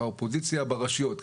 האופוזיציה ברשויות.